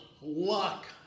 luck